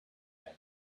man